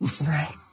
Right